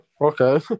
Okay